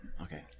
Okay